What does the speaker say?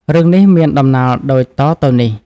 រឿងនេះមានដំណាលដូចតទៅនេះ។